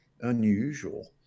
unusual